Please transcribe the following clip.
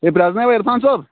ہے پرٛٮ۪زنٲیوٕ عِرفان صٲب